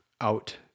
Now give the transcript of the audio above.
out